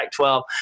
12